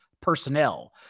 personnel